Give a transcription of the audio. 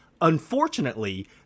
Unfortunately